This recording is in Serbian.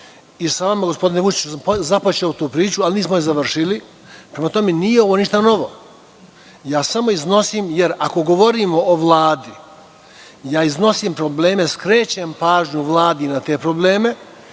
i sa vama sam, gospodine Vučiću, započeo tu priču, ali nismo je završili. Prema tome, nije ovo ništa novo. Ako govorimo o Vladi, ja iznosim probleme i skrećem pažnju Vladi na te probleme